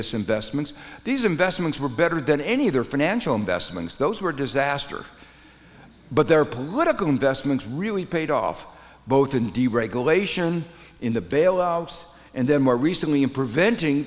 this investments these investments were better than any of their financial investments those were disaster but their political investments really paid off both in deregulation in the bailouts and then more recently in preventing